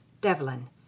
Devlin